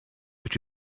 what